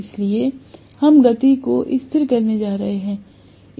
इसलिए हम गति को स्थिर रखने जा रहे हैं